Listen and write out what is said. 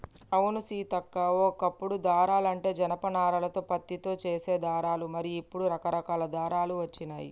అవును సీతక్క ఓ కప్పుడు దారాలంటే జనప నారాలతో పత్తితో చేసే దారాలు మరి ఇప్పుడు రకరకాల దారాలు వచ్చినాయి